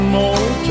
more